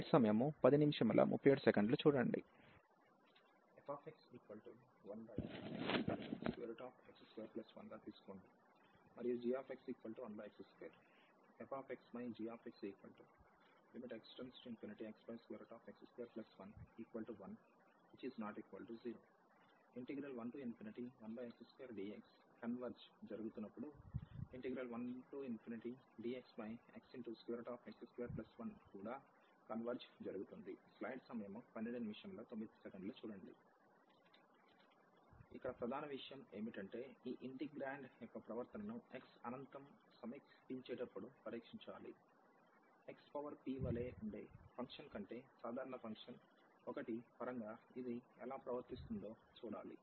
1xx211x2 అని గమనించండి fx1xx21గా తీసుకోండి మరియు gx1x2 fxgxx→∞xx21 1≠0 11x2dx కన్వెర్జ్ జరుగుతున్నప్పుడు ⟹ 1dxxx21కూడా కన్వెర్జ్ జరుగుతుంది ఇక్కడ ప్రధాన విషయం ఏమిటంటే ఈ ఇంటిగ్రాండ్ యొక్క ప్రవర్తనను x అనంతం సమీపించేటప్పుడు పరీక్షించాలి x పవర్ p వలే ఉండే ఫంక్షన్ కంటే సాధారణ ఫంక్షన్ 1 పరంగా ఇది ఎలా ప్రవర్తిస్తుందో చూడాలి